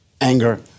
anger